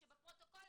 אני צריכה